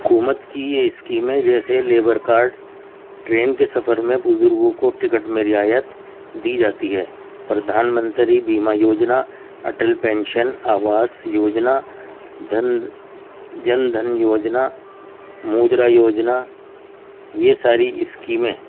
حکومت کی یہ اسکیمیں جیسے لیبر کارڈ ٹرین کے سفر میں بزرگوں کو ٹکٹ میں رعایت دی جاتی ہے پردھان منتری بیما یوجنا اٹل پینشن آواس یوجنا دھند جن دھن یوجنا مودرا یوجنا یہ ساری اسکیمیں